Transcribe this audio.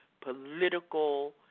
political